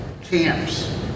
camps